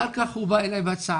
אחר כך הוא בא אלי בהצעה.